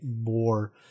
more